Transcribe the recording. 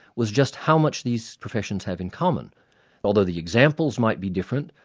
was just how much these professions have in common although the examples might be different,